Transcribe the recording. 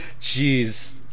Jeez